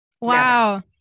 Wow